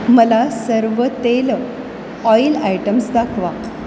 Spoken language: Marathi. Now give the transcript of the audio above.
मला सर्व तेल ऑइल आयटम्स दाखवा